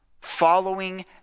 following